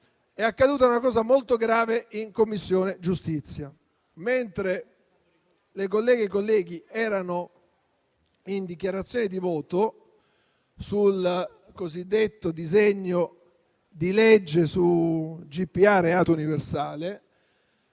è accaduta una cosa molto grave in Commissione giustizia. Mentre le colleghe e i colleghi erano in dichiarazione di voto sul cosiddetto disegno di legge GPA (gestazione